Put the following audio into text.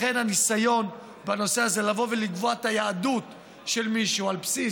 הניסיון לקבוע את היהדות של מישהו על בסיס